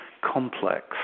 complex